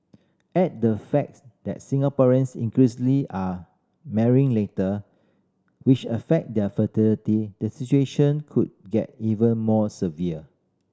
add the facts that Singaporeans increasingly are marrying later which affect their fertility the situation could get even more severe